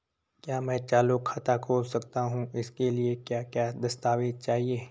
क्या मैं चालू खाता खोल सकता हूँ इसके लिए क्या क्या दस्तावेज़ चाहिए?